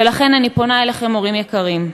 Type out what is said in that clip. ולכן אני פונה אליכם, הורים יקרים: